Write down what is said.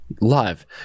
Live